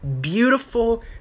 beautiful